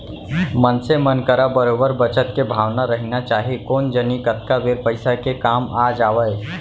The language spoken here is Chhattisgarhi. मनसे मन करा बरोबर बचत के भावना रहिना चाही कोन जनी कतका बेर पइसा के काम आ जावय